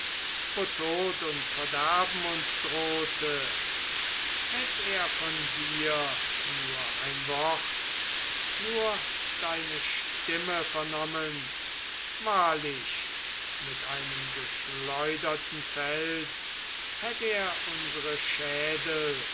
tod und verderben uns drohte hätt er von dir nur ein wort nur deine stimme vernommen wahrlich mit einem geschleuderten fels hätt er unsere schädel